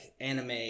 anime